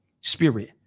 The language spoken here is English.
spirit